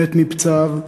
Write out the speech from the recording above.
מת מפצעיו,